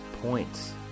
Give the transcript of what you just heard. points